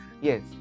Yes